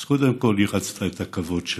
אז קודם כול, היא רצתה את הכבוד שלה,